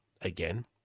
again